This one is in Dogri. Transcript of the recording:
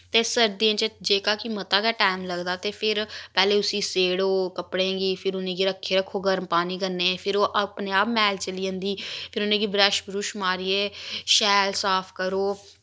ते सर्दियें च जेह्का कि मता गै टैम लगदा पैह्ले उस्सी स्हेड़ो कपड़ें गी खिर उ'नें गी रक्खे रक्खो गर्म पानी कन्नै फिर ओह् अपने आप मैल चली जंदी फिर उ'नें गी ब्रश ब्रुश मारियै शैल साफ करो